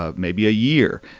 ah maybe a year.